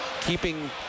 keeping